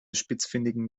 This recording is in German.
spitzfindigen